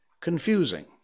confusing